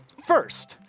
first,